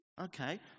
okay